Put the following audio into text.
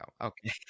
okay